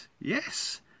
yes